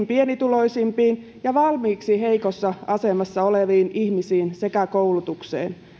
pienituloisimpiin ja valmiiksi heikossa asemassa oleviin ihmisiin sekä koulutukseen